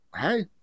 hey